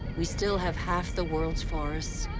we still have half the world's forests,